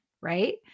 right